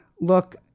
look